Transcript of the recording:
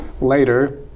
later